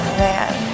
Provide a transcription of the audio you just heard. man